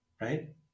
Right